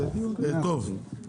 מאה אחוז.